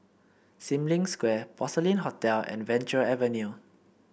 Sim Lim Square Porcelain Hotel and Venture Avenue